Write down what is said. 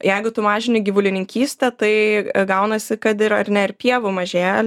jeigu tu mažini gyvulininkystę tai gaunasi kad yra ar ne ir pievų mažėja